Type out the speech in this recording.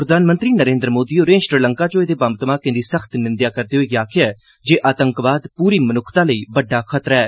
प्रधानमंत्री नरेन्द्र मोदी होरें श्रीलंका च होए दे बम्ब धमाकें दी सख्त निंदेआ करदे होई आखेआ ऐ जे आतंकवाद पूरी मनुक्खता लेई बड्डा खतरा ऐ